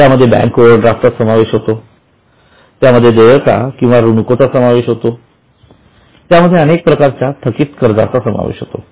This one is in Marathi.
त्यामध्ये बँक ओवरड्राफ्ट समावेश होतो त्यामध्ये देतात किंवा ऋणको चा समावेश होतो त्यामध्ये अनेक प्रकारच्या थकित खर्चाचा समावेश होतो